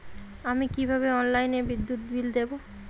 আমি কিভাবে অনলাইনে বিদ্যুৎ বিল দেবো?